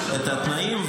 התנאים.